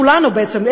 של כולנו בעצם,